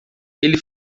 ele